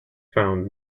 found